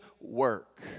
work